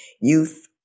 youth